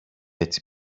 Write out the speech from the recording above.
έτσι